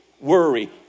worry